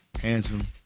handsome